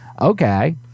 Okay